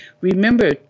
remember